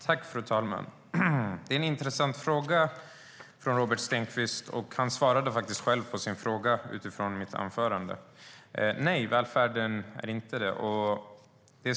Fru talman! Det är en intressant fråga från Robert Stenkvist, och han svarade faktiskt själv på den. Nej, välfärden är inte outtömlig.